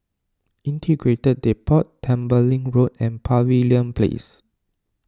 Integrated Depot Tembeling Road and Pavilion Place